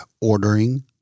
ordering